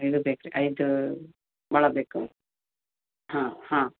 ಇದು ಬೇಕು ರೀ ಐದು ಮೊಳ ಬೇಕು ಹಾಂ ಹಾಂ